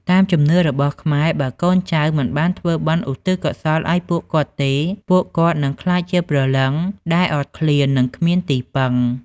តាមជំនឿរបស់ខ្មែរ បើកូនចៅមិនបានធ្វើបុណ្យឧទ្ទិសកុសលឱ្យពួកគាត់ទេ ពួកគាត់នឹងក្លាយជាព្រលឹងដែលអត់ឃ្លាន និងគ្មានទីពឹង។